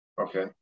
Okay